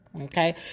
Okay